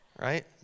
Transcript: right